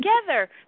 together